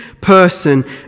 person